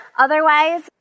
Otherwise